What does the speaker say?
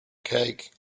cake